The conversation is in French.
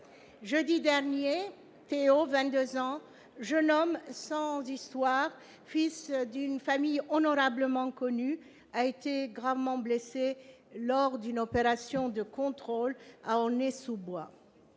jeudi dernier, Théo, 22 ans, jeune homme sans histoire, fils d'une famille honorablement connue, a été gravement blessé lors d'une opération de contrôle à Aulnay-sous-Bois.